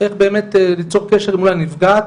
איך באמת, ליצור קשר מול הנפגעת,